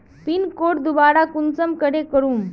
Pin code दोबारा कुंसम करे करूम?